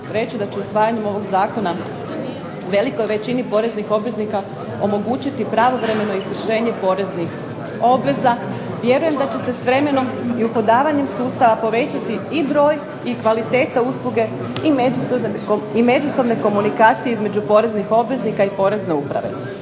reći da će usvajanjem ovog Zakona velikoj većini poreznih obveznika omogućiti pravovremeno izvršenje poreznih obveza, vjerujem da će se s vremenom i uhodavanjem sustava povećati broj i kvaliteta usluge i međusobne komunikacije između poreznih obveznika i porezne uprave.